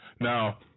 now